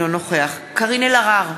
אינו נוכח קארין אלהרר,